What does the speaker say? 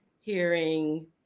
hearing